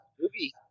movie